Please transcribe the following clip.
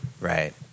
right